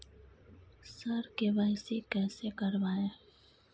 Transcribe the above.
sir KYC कैसे करवाएं